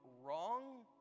wrong